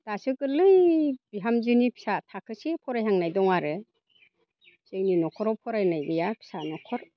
दासो गोरलै बिहामजोनि फिसा थाखोसे फरायहांनाय दं आरो जोंनि न'खराव फरायनाय गैया फिसा न'खर